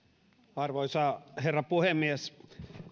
arvoisa herra puhemies